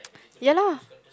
ya lah